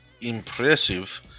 impressive